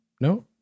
no